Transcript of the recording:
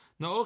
no